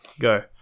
Go